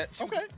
okay